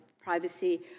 privacy